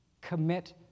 commit